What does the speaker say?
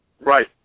Right